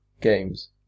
games